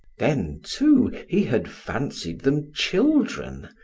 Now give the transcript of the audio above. then, too, he had fancied them children,